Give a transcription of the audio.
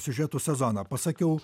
siužetų sezoną pasakiau